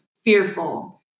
fearful